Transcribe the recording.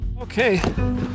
Okay